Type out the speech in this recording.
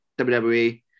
WWE